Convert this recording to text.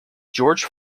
george